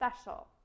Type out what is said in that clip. special